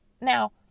Now